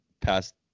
past